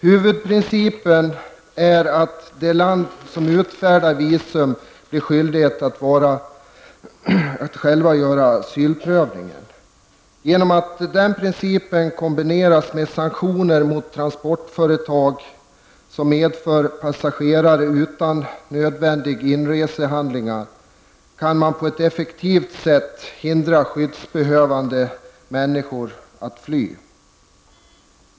Huvudprincipen är att det land som utfärdat visum blir skyldigt att göra asylprövningen. Genom att den principen kombineras med sanktioner mot transportföretag som medför passagerare utan nödvändiga inresehandlingar kan man på ett effektivt sätt hindra skyddsbehövande människor att fly.